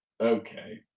Okay